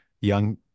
young